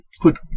put